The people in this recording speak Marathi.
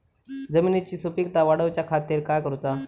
जमिनीची सुपीकता वाढवच्या खातीर काय करूचा?